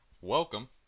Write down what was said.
welcome